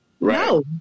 No